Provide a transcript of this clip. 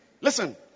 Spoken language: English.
listen